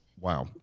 wow